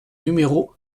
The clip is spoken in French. numéro